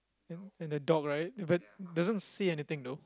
you know and the dog right but doesn't say anything though